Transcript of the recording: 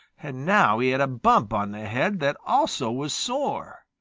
and now he had a bump on the head that also was sore.